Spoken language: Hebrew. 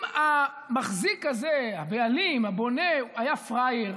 אם המחזיק הזה, הבעלים, הבונה, היה פראייר,